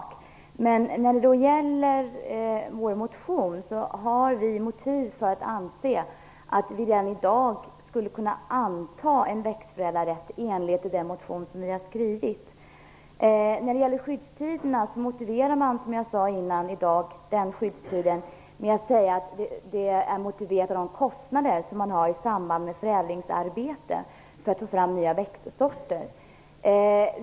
Herr talman! Vi har motiv för att anse att man redan i dag skulle kunna anta en växtförädlarrätt i enlighet med den motion som vi har väckt. Skyddstiden motiverar man, som jag tidigare sade, med kostnaderna för förädlingsarbetet för att få fram nya växtsorter.